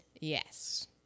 Yes